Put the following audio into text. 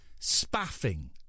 Spaffing